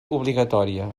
obligatòria